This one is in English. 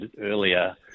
earlier